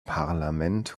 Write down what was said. parlament